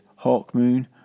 Hawkmoon